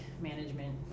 management